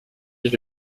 est